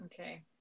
Okay